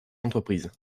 entreprises